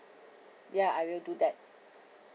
ya I will do that